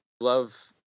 love